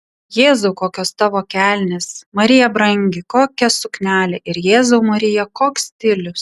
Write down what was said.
jėzau kokios tavo kelnės marija brangi kokia suknelė ir jėzau marija koks stilius